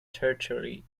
tertiary